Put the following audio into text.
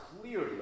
clearly